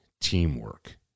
teamwork